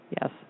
Yes